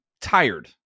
tired